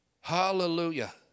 Hallelujah